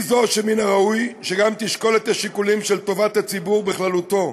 היא גם זו שמן הראוי שתשקול את השיקולים של טובת הציבור בכללותו,